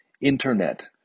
internet